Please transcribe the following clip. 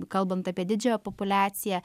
kalbant apie didžiąją populiaciją